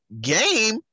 Game